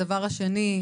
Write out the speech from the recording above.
הדבר השני,